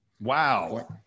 wow